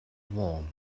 warm